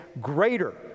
greater